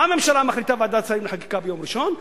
מה הממשלה מחליטה בוועדת שרים לחקיקה ביום ראשון?